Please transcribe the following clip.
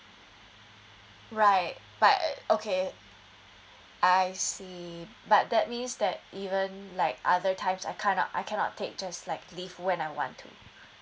right right okay I see but that means that even like other times I can't not I cannot take just like leave when I want to